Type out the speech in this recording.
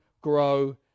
grow